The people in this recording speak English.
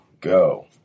go